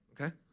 okay